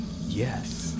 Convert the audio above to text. Yes